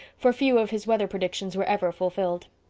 for few of his weather predictions were ever fulfilled.